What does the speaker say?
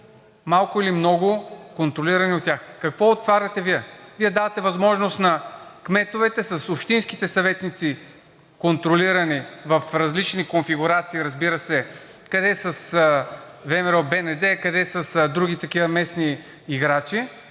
малко или много контролирани от тях. Какво отваряте Вие? Вие давате възможност на кметовете с общинските съветници, контролирани в различни конфигурации, разбира се, къде с ВМРО, БНД, къде с други такива местни играчи,